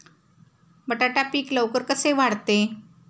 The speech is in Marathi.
बटाटा पीक लवकर कसे वाढते?